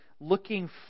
looking